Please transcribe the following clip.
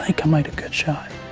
i made a good shot.